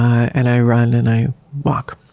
and i run and i walk.